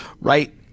Right